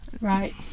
Right